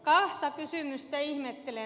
kahta kysymystä ihmettelen